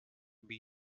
bee